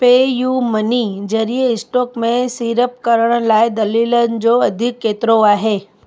पे U money ज़रिए stock में सीड़प करण लाइ दलालनि जो अघु केतिरो आहे